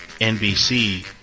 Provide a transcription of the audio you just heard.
NBC